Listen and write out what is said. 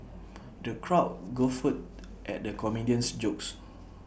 the crowd guffawed at the comedian's jokes